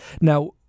Now